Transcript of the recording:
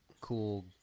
cool